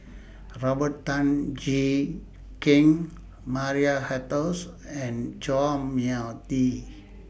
Robert Tan Jee Keng Maria Hertogh and Chua Mia Tee